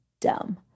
dumb